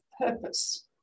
purpose